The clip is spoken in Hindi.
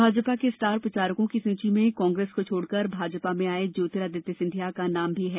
भाजपा के स्टार प्रचारकों की सुची में कांग्रेस को छोडकर भाजपा में आए ज्योतिरादित्य सिंधिया का नाम भी है